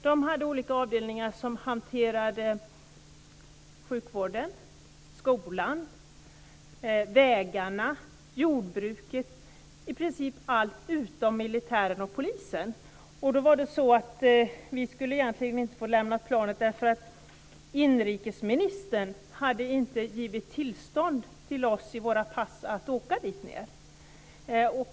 De hade olika avdelningar som hanterade sjukvården, skolan, vägarna och jordbruket. Det var i princip allt utom militären och polisen. Vi skulle egentligen inte ha fått lämna planet därför att inrikesministern inte hade givit oss tillstånd i våra pass att åka dit ned.